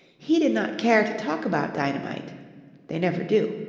he did not care to talk about dynamite they never do.